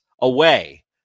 away